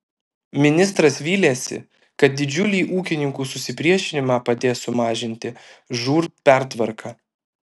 ministras vylėsi kad didžiulį ūkininkų susipriešinimą padės sumažinti žūr pertvarka